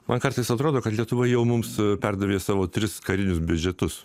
man kartais atrodo kad lietuva jau mums perdavė savo tris karinius biudžetus